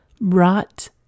brought